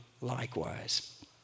likewise